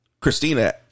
Christina